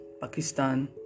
Pakistan